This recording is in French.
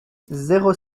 zéro